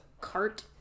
Cart